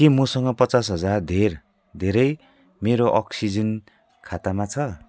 के मसँग पचास हजार धेर धेरै मेरो अक्सिजेन खातामा छ